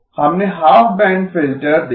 हमने half band filter देखा